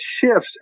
shifts